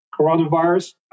coronavirus